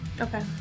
Okay